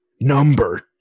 Number